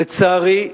לצערי,